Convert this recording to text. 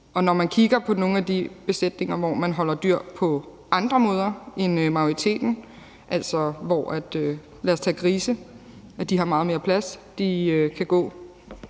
Når vi kigger på nogle af de besætninger, hvor man holder dyr på andre måder end majoriteten, f.eks. grise, som har meget mere plads, og som kan gå